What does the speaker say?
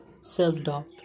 self-doubt